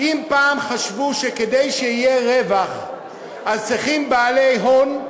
חשבו שכדי שיהיה רווח צריכים בעלי הון,